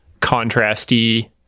contrasty